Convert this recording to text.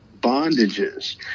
bondages